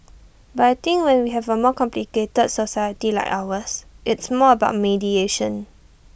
but I think when we have A more complicated society like ours it's more about mediation